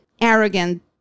arrogant